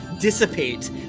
dissipate